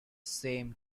same